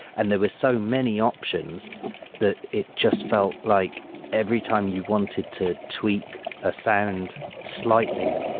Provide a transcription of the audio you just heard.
and there were so many options that it just felt like every time you wanted to tweak a sound slightly,